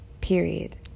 period